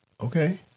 Okay